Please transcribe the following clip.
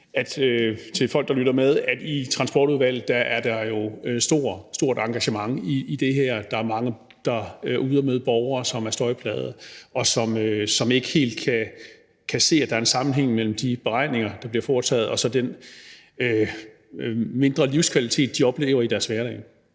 til folk, der lytter med, at i Transportudvalget er der et stort, stort engagement i det her. Der er mange, der er ude at møde borgere, som er støjplagede, og som ikke helt kan se, at der er en sammenhæng mellem de beregninger, der bliver foretaget, og så den mindre livskvalitet, de oplever i deres hverdag.